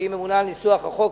שהיא הממונה על ניסוח החוק,